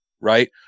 Right